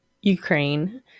Ukraine